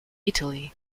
italy